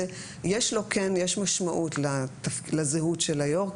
יש משמעות לזהות של היו"ר,